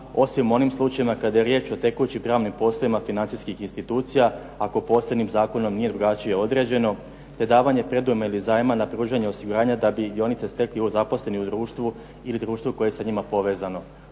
osim u onim slučajevima kada je riječ o tekućim pravnim poslovima financijskih institucija, ako posebnim zakonom nije drugačije određeno, te davanje predujma ili zajma na pružanju osiguranja da bi dionice stekli zaposleni u društvu ili društvo koje je sa njima povezano.